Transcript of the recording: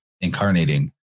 incarnating